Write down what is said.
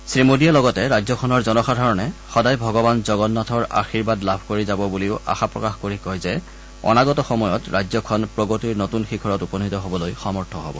শ্ৰী মোদীয়ে লগতে ৰাজ্যখনৰ জনসাধাৰণে সদাই ভগৱান জগন্নাথৰ আশীৰ্বাদ লাভ কৰি যাব বুলিও আশা প্ৰকাশ কৰি কয় যে অনাগত সময়ত ৰাজ্যখন প্ৰগতিৰ নতুন শিখৰত উপনীত হবলৈ সমৰ্থ হব